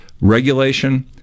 Regulation